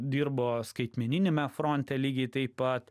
dirbo skaitmeniniame fronte lygiai taip pat